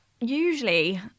usually